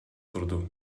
турду